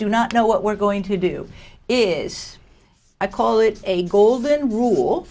do not know what we're going to do is i call it a golden rule